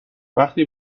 وقتی